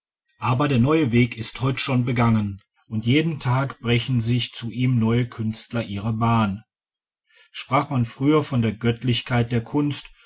aber der neue weg ist heut schon begangen und jeden tag brechen sich zu ihm neue künstler ihre bahn sprach man früher von der göttlichkeit der kunst